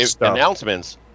announcements